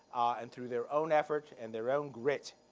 and through their own effort and their own grit,